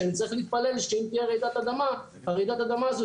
שנצטרך להתפלל שאם תהיה רעידת אדמה היא תהיה